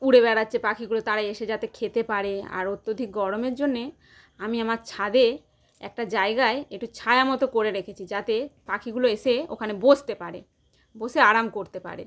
উড়ে বেরাচ্ছে পাখিগুলো তারাই এসে যাতে খেতে পারে আর অত্যধিক গরমের জন্যে আমি আমার ছাদে একটা জায়গায় একটু ছায়া মতো করে রেখেছি যাতে পাখিগুলো এসে ওখানে বসতে পারে বসে আরাম করতে পারে